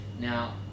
Now